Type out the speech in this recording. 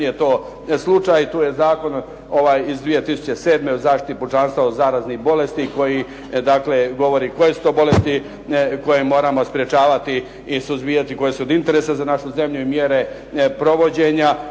je to slučaj. Tu je Zakon iz 2007. o zaštiti pučanstva od zaraznih bolesti koji dakle govori koje su to bolesti koje moramo sprečavati i suzbijati, koje su od interesa za našu zemlju i mjere provođenja.